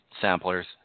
samplers